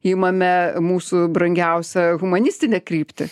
imame mūsų brangiausią humanistinę kryptį